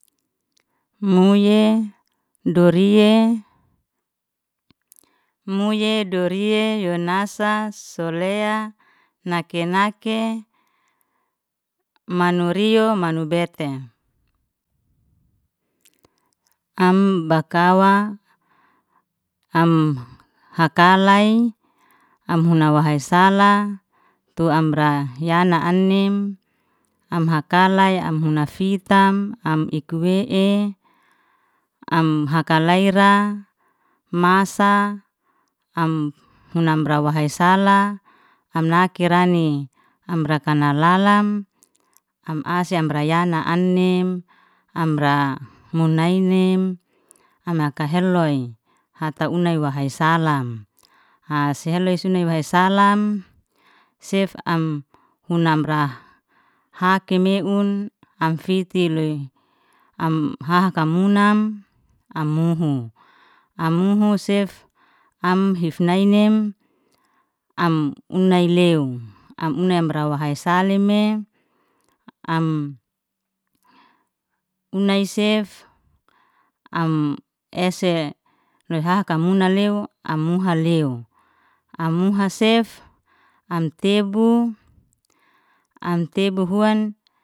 Muye duriye muye duriye yonasa solea nake nake manurio manubete, am bakawa am hakalay am hunai wahai sala tu amra yana anim, am hakalay am huna fitam ikuwe'e am hakalay ra masa am huna amra wahai sala, am naki rani, am raka nalalam am ase am yana anin, amra munainim am haka heloy hata hunai wahai salam heloy suna wahai salam, ha seloy suna whai salam sef am hun amra hake meun am fiti loy, am hahaka munam am muhu, am muhu sef am hif nainim am unaileu, am una amra wahai saleme, am unai sef am ese loy hahakai muna lew, am muha lew am muha sef am tebu am tebu huan.